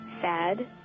sad